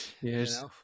yes